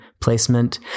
placement